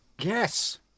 Yes